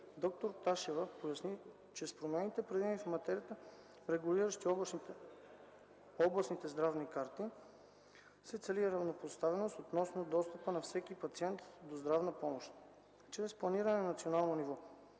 Доктор Ташева поясни, че с промените, предвидени в материята, регулираща областните здравни карти, се цели равнопоставеност относно достъпа на всеки пациент до здравна помощ, чрез планиране на национално ниво,